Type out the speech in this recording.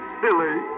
silly